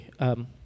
Okay